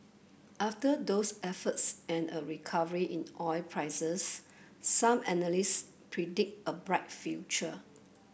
after those efforts and a recovery in oil prices some analysts predict a bright future